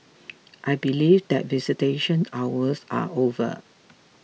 I believe that visitation hours are over